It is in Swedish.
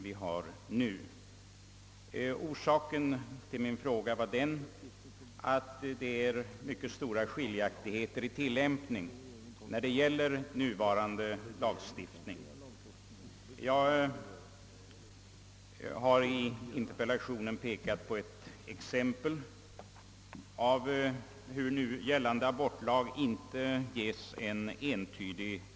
Anledningen till att jag framställde min interpellation är att det råder mycket stora skiljaktigheter i tillämpningen av lagstiftningen. Jag har i interpellationen anfört ett exempel, som visar att nu gällande lagstiftning inte tolkas entydigt.